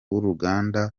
w’uruganda